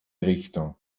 richtung